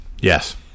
Yes